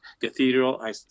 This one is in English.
cathedral